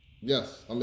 Yes